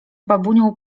babunią